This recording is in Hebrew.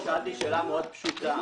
אני שאלתי שאלה מאוד פשוטה.